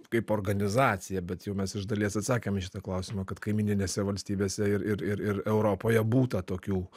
kaip organizacija bet jau mes iš dalies atsakėm į šitą klausimą kad kaimyninėse valstybėse ir ir ir europoje būtą tokių